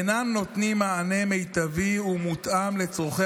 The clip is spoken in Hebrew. אינם נותנים מענה מיטבי ומותאם לצורכי